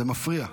זה מפריע.